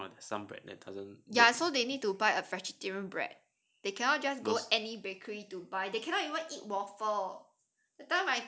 ya so they need to buy a vegetarian bread they cannot just go any bakery to buy they cannot even eat waffle